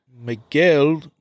Miguel